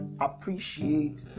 appreciate